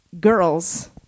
girls